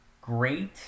great